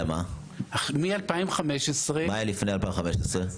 מה היה לפני 2015?